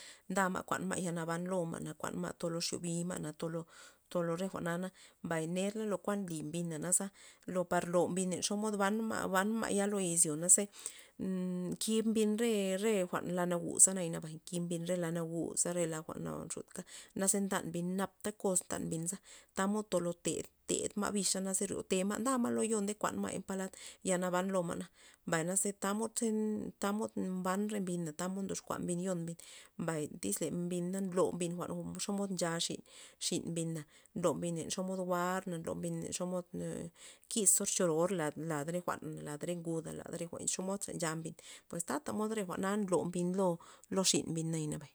Nda ma' kuan ma' yal naban lo ma' kuan ma' to lo xubi ma' to lo to lo re jwa'na na mbay ner lo kuan li mbina naza lo par lo mbin xomod ban ma' ban ma' lo izyore ze kib mbin re- re jwa'n la naguza nabay nkib mbin re la naguz re la jwa'n naxutka naze ntan mbin napta koz ntan mbin tamod tolo ted- ted ma' bixa na ze ryote ma' nda ma' lo yo nde kuan ma' palad yal naban lo ma' na, mbay naze tamod ze tamod mban re mbina tamod ndox kua mbin yo'n mbin, mbay tyz le mbin nlo mbin jwa'n xomod ncha xin- xin mbina nlo mbin xomod jwa'r na xomod ee kiz choror lad re jwa'na lad re nguda lad re xomod tra ncha mbin pues tata re jwa'na nlo lo xin mbin nayana.